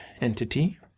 entity